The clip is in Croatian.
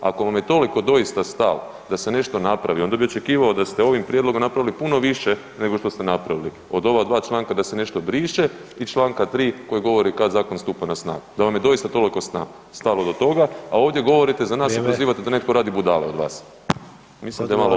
Ako vam je toliko doista stalo da se nešto napravi onda bi očekivao da ste ovim prijedlogom napravili puno više nego što ste napravili, od ova dva članka da se nešto briše i čl. 3. koji govori kad zakon stupa na snagu, da vam je doista toliko stalo do toga, a ovdje govorite za nas i prozivate da netko radi budalu od nas [[Upadica: Vrijeme]] Mislim da je malo